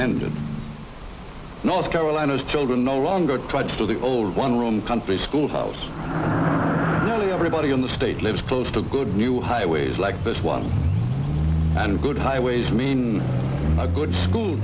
ended north carolina's children no longer tried for the old one room country schoolhouse everybody in the state lives close to good new highways like this one and good highways mean a good school